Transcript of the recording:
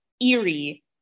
eerie